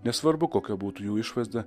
nesvarbu kokia būtų jų išvaizda